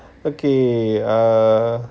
okay err